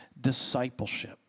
discipleship